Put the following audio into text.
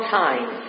time